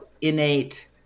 innate